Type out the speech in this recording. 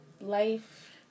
Life